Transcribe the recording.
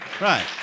Right